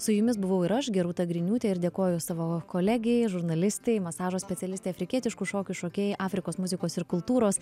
su jumis buvau ir aš gerūta griniūtė ir dėkoju savo kolegei žurnalistei masažo specialistei afrikietiškų šokių šokėjai afrikos muzikos ir kultūros